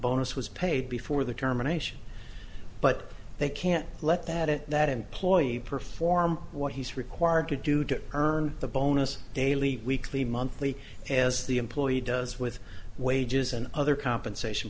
bonus was paid before the terminations but they can't let that it that employee perform what he's required to do to earn the bonus daily weekly monthly as the employee does with wages and other compensation